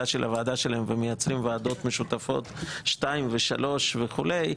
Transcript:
של הוועדה שלהם ומייצרים ועדות משותפות 2 ו-3 וכולי.